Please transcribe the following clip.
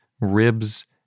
ribs